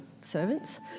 servants